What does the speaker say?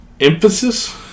Emphasis